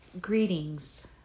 Greetings